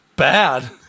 bad